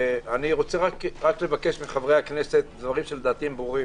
רק רוצה לבקש מחברי הכנסת דברים שלדעתי הם ברורים